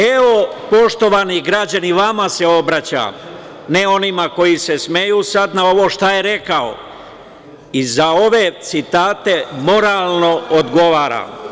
Evo, poštovani građani, vama se obraćam, ne onima koji se smeju sad na ovo šta je rekao i za ove citate moralno odgovara.